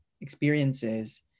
experiences